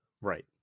right